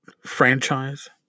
Franchise